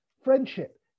Friendship